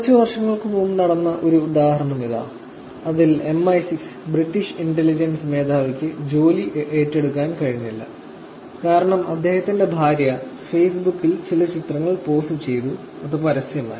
കുറച്ച് വർഷങ്ങൾക്ക് മുമ്പ് നടന്ന ഒരു ഉദാഹരണം ഇതാ അതിൽ MI6 മിലിട്ടറി ഇന്റലിജൻസ് മേധാവിക്ക് ജോലി ഏറ്റെടുക്കാൻ കഴിഞ്ഞില്ല കാരണം അദ്ദേഹത്തിന്റെ ഭാര്യ ഫേസ്ബുക്കിൽ ചില ചിത്രങ്ങൾ പോസ്റ്റ് ചെയ്തു അത് പരസ്യമായി